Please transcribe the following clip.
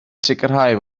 sicrhau